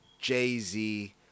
Jay-Z